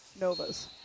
Nova's